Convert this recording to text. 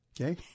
Okay